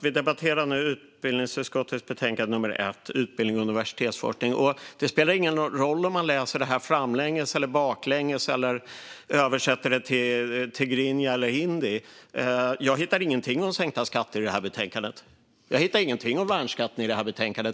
Vi debatterar nu utbildningsutskottets betänkande 1 om utbildning och universitetsforskning, och det spelar ingen roll om jag läser det framlänges eller baklänges eller översätter det till tigrinja eller hindi - jag hittar ingenting om sänkta skatter i betänkandet. Jag hittar ingenting om värnskatten i betänkandet.